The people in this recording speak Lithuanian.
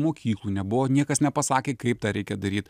mokyklų nebuvo niekas nepasakė kaip tą reikia daryt